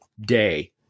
day